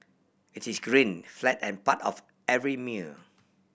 it is green flat and part of every meal